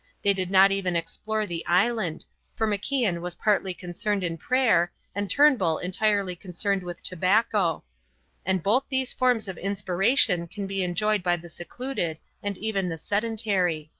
they did not even explore the island for macian was partly concerned in prayer and turnbull entirely concerned with tobacco and both these forms of inspiration can be enjoyed by the secluded and even the sedentary.